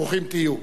ברוכים תהיו.